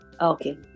Okay